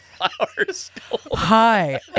Hi